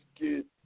get